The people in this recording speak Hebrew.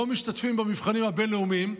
לא משתתפים במבחנים הבין-לאומיים,